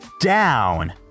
down